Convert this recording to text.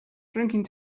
drinking